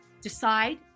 decide